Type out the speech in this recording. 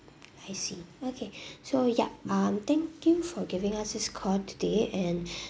I see okay so yup um thank you for giving us this call today and